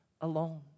alone